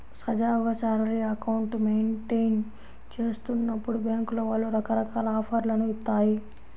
సజావుగా salary account maintain చేస్తున్నప్పుడు బ్యేంకుల వాళ్ళు రకరకాల ఆఫర్లను ఇత్తాయి